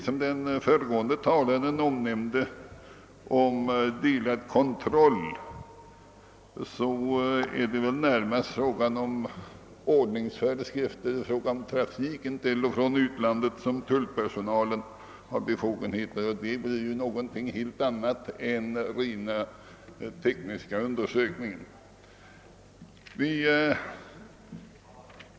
När den föregående talaren nämnde ett exempel på delad kontroll gällde det väl närmast ordningsföreskrifter i fråga om trafiken till och från utlandet där tullpersonalen har befogenheter, men det är ju någonting helt annat än rent tekniska undersökningar.